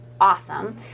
awesome